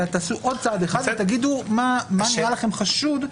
אלא תעשו עוד צעד אחד ותגידו מה נראה לכם חשוד,